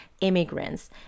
immigrants